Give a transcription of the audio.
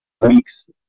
weeks